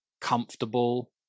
comfortable